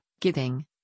giving